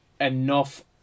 enough